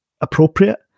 appropriate